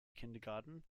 kindergarten